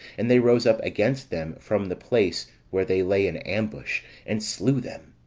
and they rose up against them from the place where they lay in ambush, and slew them,